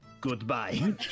Goodbye